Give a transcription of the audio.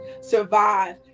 survive